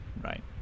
right